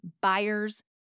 Buyers